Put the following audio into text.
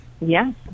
Yes